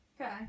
Okay